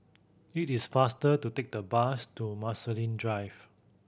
it is faster to take the bus to Marsiling Drive